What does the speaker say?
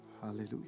Hallelujah